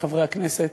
חברי הכנסת,